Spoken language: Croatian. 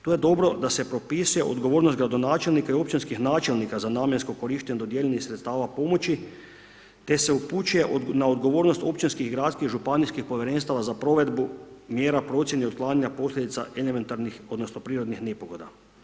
Tu je dobro da se propisuje odgovornost gradonačelnika i općinskih načelnika za namjensko korištenje dodijeljenih sredstava pomoći te se upućuje na odgovornost općinskih, gradskih i županijskih povjerenstava za provedbu mjera procjene otklanjanja posljedica elementarnih odnosno prirodnih nepogoda.